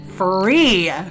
Free